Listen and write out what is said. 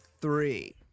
three